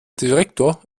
direktor